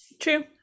true